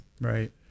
Right